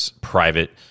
private